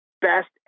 best